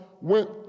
went